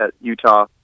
Utah